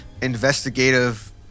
investigative